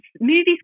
movies